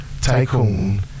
tycoon